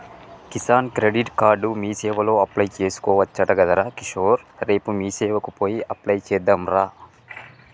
Kisan credit card మీసేవల apply చేసుకోవచ్చట గదరా కిషోర్ రేపు మీసేవకు పోయి అప్లై చెద్దాంరా